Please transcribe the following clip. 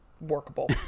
workable